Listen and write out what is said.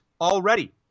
already